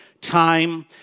time